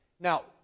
Now